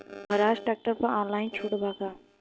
सोहराज tractor पर online छूट बा का?